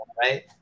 Right